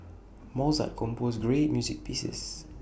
Mozart composed great music pieces